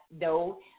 no